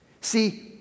See